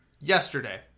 yesterday